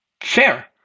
fair